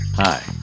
Hi